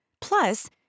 Plus